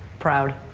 proud.